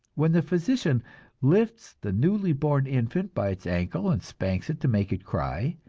when the physician lifts the newly born infant by its ankle and spanks it to make it cry,